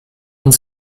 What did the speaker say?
und